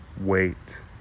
wait